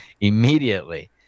immediately